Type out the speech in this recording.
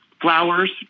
flowers